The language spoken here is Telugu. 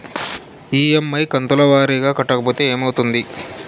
ఇ.ఎమ్.ఐ కంతుల వారీగా కట్టకపోతే ఏమవుతుంది?